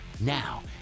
Now